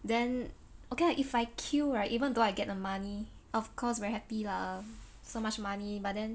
then okay lah if I kill right eventhough I get the money of course very happy lah so much money but then